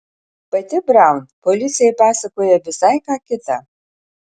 pati braun policijai pasakoja visai ką kitą